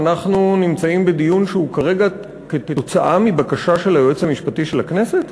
אנחנו נמצאים בדיון שהוא כרגע תוצאה של בקשה של היועץ המשפטי של הכנסת?